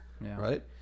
right